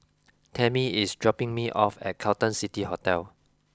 Tamie is dropping me off at Carlton City Hotel